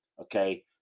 okay